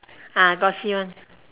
ah glossy one